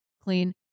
clean